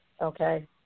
okay